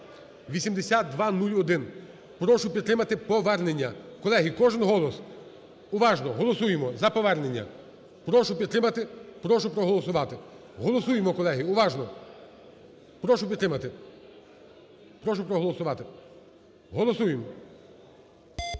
(8201). Прошу підтримати повернення. Колеги, кожен голос! Уважно! Голосуємо за повернення. Прошу підтримати, прошу проголосувати. Голосуємо колеги, уважно! Прошу підтримати, прошу проголосувати! Голосуємо.